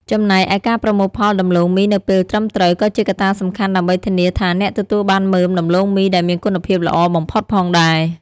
ចំណែកឯការប្រមូលផលដំឡូងមីនៅពេលត្រឹមត្រូវ ក៏ជាកត្តាសំខាន់ដើម្បីធានាថាអ្នកទទួលបានមើមដំឡូងមីដែលមានគុណភាពល្អបំផុតផងដែរ។